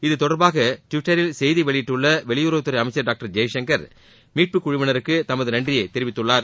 இது தொடர்பாக டுவிட்டரில் செய்தி வெளியிட்டுள்ள வெளியுறவுத்துறை அமைச்சர் டாக்டர் ஜெய்சங்கர் மீட்புக்குழுவினருக்கு தமது நன்றியை தெரிவித்துள்ளார்